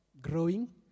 growing